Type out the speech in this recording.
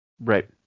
Right